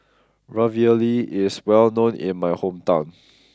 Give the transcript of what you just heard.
Ravioli is well known in my hometown